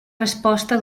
resposta